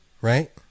right